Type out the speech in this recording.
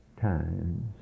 times